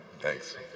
thanks